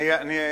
תגובתך.